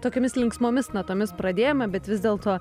tokiomis linksmomis natomis pradėjome bet vis dėlto